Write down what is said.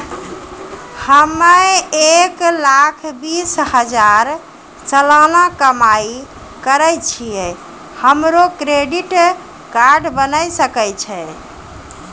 हम्मय एक लाख बीस हजार सलाना कमाई करे छियै, हमरो क्रेडिट कार्ड बने सकय छै?